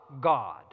God